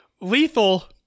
Lethal